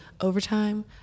Overtime